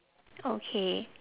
okay